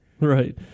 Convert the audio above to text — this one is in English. Right